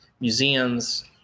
museums